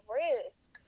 risk